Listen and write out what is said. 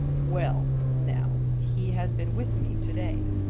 well, now he has been with me to-day.